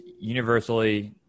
universally